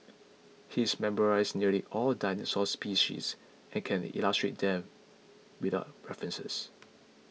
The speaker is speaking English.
he's memorised nearly all dinosaur species and can illustrate them without references